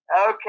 Okay